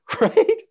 right